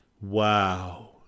wow